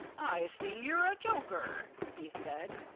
i see you're a joker, he said.